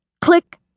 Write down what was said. Click